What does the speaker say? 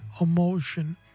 emotion